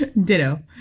Ditto